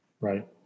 Right